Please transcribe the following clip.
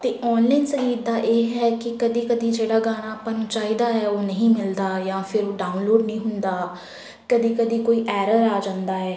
ਅਤੇ ਔਨਲਾਈਨ ਸੰਗੀਤ ਦਾ ਇਹ ਹੈ ਕਿ ਕਦੀ ਕਦੀ ਜਿਹੜਾ ਗਾਣਾ ਆਪਾਂ ਨੂੰ ਚਾਹੀਦਾ ਹੈ ਉਹ ਨਹੀਂ ਮਿਲਦਾ ਜਾਂ ਫਿਰ ਉਹ ਡਾਊਨਲੋਡ ਨਹੀਂ ਹੁੰਦਾ ਕਦੀ ਕਦੀ ਕੋਈ ਐਰਰ ਆ ਜਾਂਦਾ ਹੈ